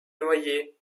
noyers